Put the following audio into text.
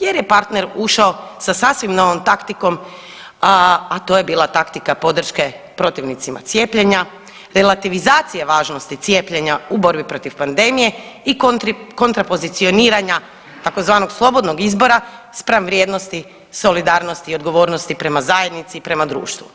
jer je partner ušao sa sasvim novom taktikom, a to je bila taktika podrške protivnicima cijepljenja, relativizacije važnosti cijepljenja u borbi protiv pandemije i kontri, kontrapozicioniranja tzv. slobodnog izbora spram vrijednosti solidarnosti i odgovornosti prema zajednici i prema društvu.